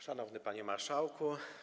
Szanowny Panie Marszałku!